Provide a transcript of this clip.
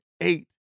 eight